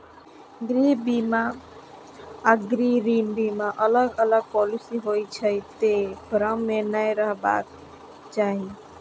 गृह बीमा आ गृह ऋण बीमा अलग अलग पॉलिसी होइ छै, तें भ्रम मे नै रहबाक चाही